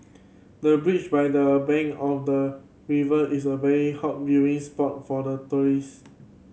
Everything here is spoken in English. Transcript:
the breach by the bank of the river is a very hot viewing spot for the tourist